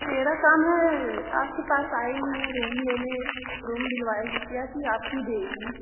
मेरा काम है आपके पास आई हूँ रूम लेने रूम दिलवाइएगा कि आप ही देंगी